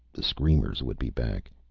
the screamers would be back.